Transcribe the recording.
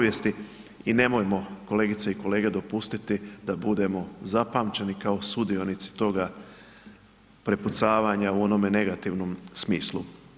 I nemojmo kolegice i kolege dopustiti da budemo zapamćeni kao sudionici toga prepucavanja u onome negativnom smislu.